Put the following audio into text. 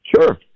Sure